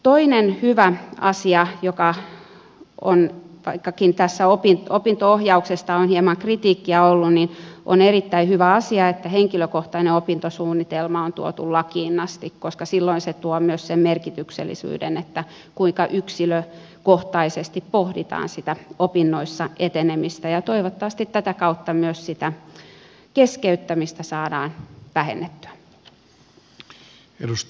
toinen hyvä asia joka on erittäin hyvä asia vaikkakin tässä opinto ohjauksesta on hieman kritiikkiä ollut on se että henkilökohtainen opintosuunnitelma on tuotu lakiin asti koska silloin se tuo myös sen merkityksellisyyden kuinka yksilökohtaisesti pohditaan sitä opinnoissa etenemistä ja toivottavasti tätä kautta myös sitä keskeyttämistä saadaan vähennettyä